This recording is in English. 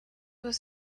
was